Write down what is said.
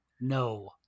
no